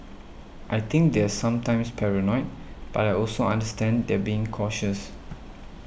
I think they're sometimes paranoid but I also understand they're being cautious